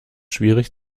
schwierig